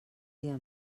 dia